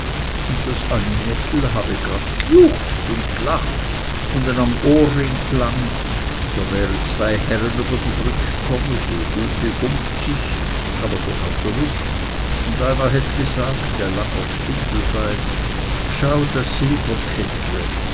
un das aninettl hab grad g'juchzt un lacht un n'am ohrring g'langt do wäre zwei herre über die brück komme so gute funfzig aber schon auf der wipp und einer hätt g'sagt e langer spindelbein schau des